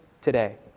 today